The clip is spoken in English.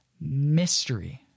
mystery